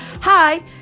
Hi